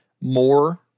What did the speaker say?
more